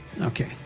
Okay